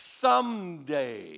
someday